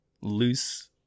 loose